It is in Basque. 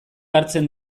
hartzen